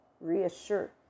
reassure